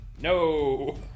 No